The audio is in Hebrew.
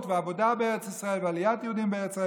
ועבודה בארץ ישראל ועליית יהודים לארץ ישראל.